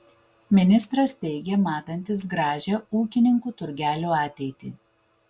ministras teigė matantis gražią ūkininkų turgelių ateitį